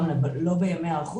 גם לא בימי היערכות,